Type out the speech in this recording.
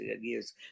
years